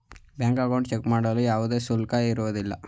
bank account check ಮಾಡಲು ಯಾವುದೇ ಶುಲ್ಕ ಇರುವುದಿಲ್ಲ